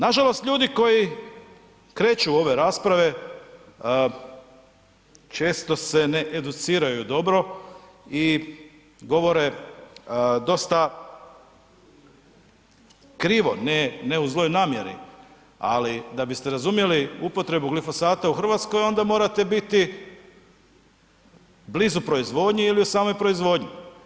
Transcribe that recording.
Nažalost ljudi koji kreću u ove rasprave često se ne educiraju dobro i govore dosta krivo, ne u zloj namjeri, ali da biste razumjeli upotrebu glifosata u Hrvatskoj onda morate biti blizu proizvodnje ili u samoj proizvodnji.